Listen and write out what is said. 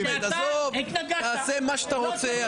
עזוב, תעשה מה שאתה רוצה.